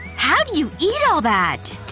how'd you eat all that?